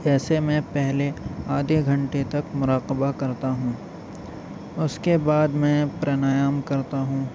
ایسے میں پہلے آدھے گھنٹے تک مراقبہ کرتا ہوں اس کے بعد میں پرنیام کرتا ہوں